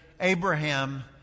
Abraham